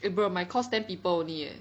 eh bro my course ten people only eh